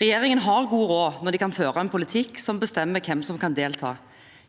Regjeringen har god råd når de kan føre en politikk som bestemmer hvem som kan delta